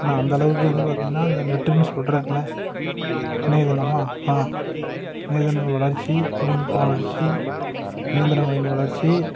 ஆனால் அந்தளவுக்கு பார்த்திங்கனா அந்த நெட்டுனு சொல்கிறாங்கள இணையத்தளம் ஆ இணையத்தளம் வளர்ச்சி தொழில் நுட்பம் வளர்ச்சி இணையத்தளங்களின் வளர்ச்சி